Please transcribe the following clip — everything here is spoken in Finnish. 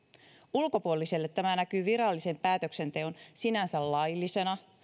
ulkopuoliselle tämä näkyy virallisen päätöksenteon sinänsä laillisena